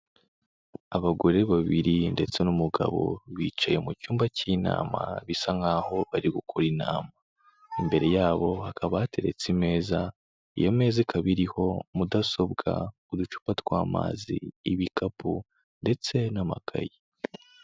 Abagore babiri ndetse n'umugabo bicaye mu cyumba cy'inama bisa nkaho bari gukora intama, imbere yabo hakaba hateretse imeza, iyo meza ikaba iriho mudasobwa, uducupa tw'amazi, ibikapu ndetse n'amakayi.